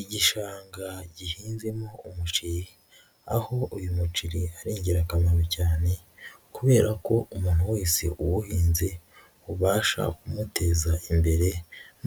Igishanga gihinzemo umuceri aho uyu muceri ari ingirakamaro cyane kubera ko umuntu wese uwuhinze, ubasha kumuteza imbere